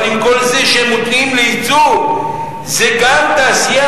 אבל עם כל זה שהם מותנים ליצוא, זו גם תעשייה.